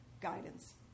guidance